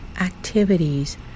activities